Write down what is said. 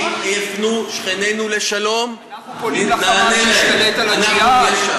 אם יפנו שכנינו לשלום, ניענה להם.